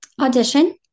audition